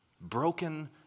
Broken